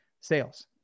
sales